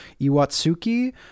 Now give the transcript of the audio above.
Iwatsuki